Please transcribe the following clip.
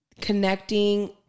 connecting